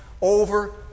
over